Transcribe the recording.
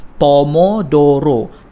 Pomodoro